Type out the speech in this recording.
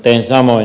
teen samoin